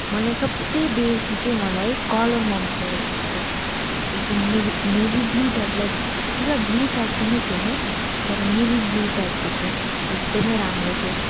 मलाई सबसे बेसी चाहिँ मलाई कलर मन पर्यो त्यसको एकदम navy navy blue type like पुरा ब्लू टाइप पनि थिएन तर नेभी ब्लू टाइपको थियो एकदमै राम्रो थियो